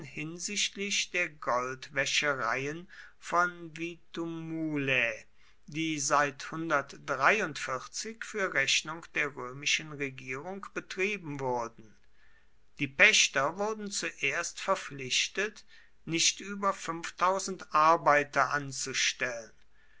hinsichtlich der goldwäschereien von victumulae die seit für rechnung der römischen regierung betrieben wurden die pächter wurden zuerst verpflichtet nicht über arbeiter anzustellen